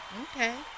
Okay